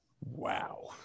Wow